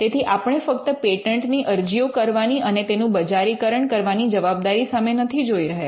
તેથી આપણે ફક્ત પેટન્ટ ની અરજીઓ કરવાની અને તેનું બજારીકરણ કરવાની જવાબદારી સામે નથી જોઈ રહ્યા